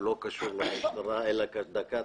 הוא לא קשור למשטרה אלא הוא